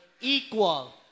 equal